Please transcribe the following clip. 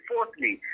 Fourthly